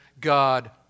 God